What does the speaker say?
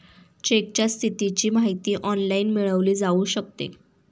चेकच्या स्थितीची माहिती ऑनलाइन मिळवली जाऊ शकते